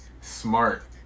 smart